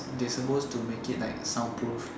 they supposed to make it like soundproof